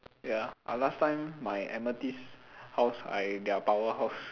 ya I last time my amethyst house I their powerhouse